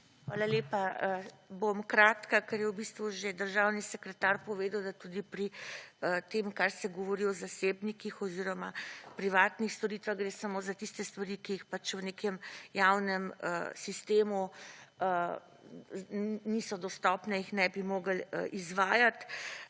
Hvala lepa. Bom kratka, ker je v bistvu že državni sekretar povedal, da tudi pri tem, kar se govori o zasebnikih oziroma privatnih storitvah, gre samo za tiste stvari, ki jih pač v nekem javnem sistemu, niso dostopne, jih ne bi mogli izvajat.